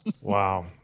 Wow